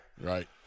Right